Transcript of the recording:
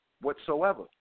whatsoever